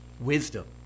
Wisdom